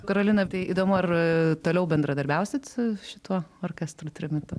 karolina tai įdomu ar toliau bendradarbiausit su šituo orkestru trimitu